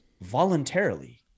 Voluntarily